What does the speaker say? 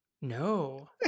no